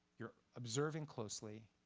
you're observing closely,